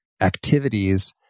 activities